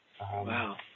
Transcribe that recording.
wow